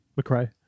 McRae